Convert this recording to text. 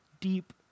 deep